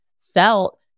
felt